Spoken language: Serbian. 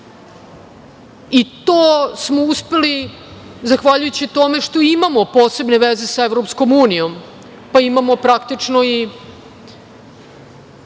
i to smo uspeli zahvaljujući tome što imamo posebne veze sa EU, pa imamo praktično i